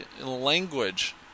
language